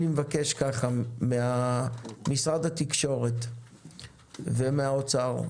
אני מבקש ממשרד התקשורת וממשרד האוצר,